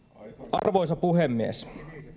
arvoisa puhemies